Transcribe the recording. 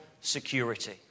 security